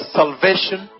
salvation